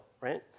right